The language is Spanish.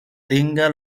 tenga